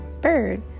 Bird